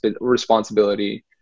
responsibility